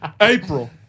April